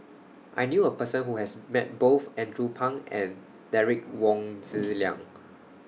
I knew A Person Who has Met Both Andrew Phang and Derek Wong Zi Liang